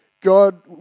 God